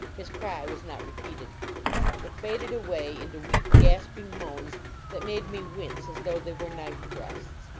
his cry was not repeated it faded away into weak, gasping moans that made me wince as though they were knife thrusts.